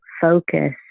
focus